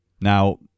Now